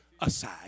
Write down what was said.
aside